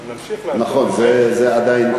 גם נמשיך, נכון, זה עדיין.